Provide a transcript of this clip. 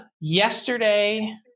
yesterday